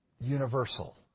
universal